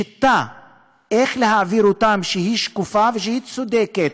שיטה שקופה וצודקת,